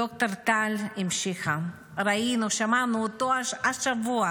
ד"ר טל המשיכה: ראינו ושמענו אותו השבוע,